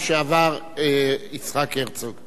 תודה,